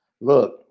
Look